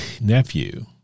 nephew